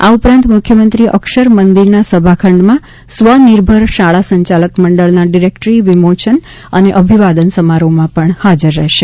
આ ઉપરાંત મુખ્યમંત્રી અક્ષર મંદિરના સભાખંડમાં સ્વનિર્ભર શાળા સંચાલક મંડળના ડિરેક્ટરીના વિમોચન અને અભિવાદન સમારોહમાં ઉપસ્થિત રહેશે